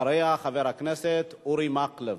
אחריה, חבר הכנסת אורי מקלב.